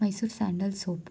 Mysore sandal soap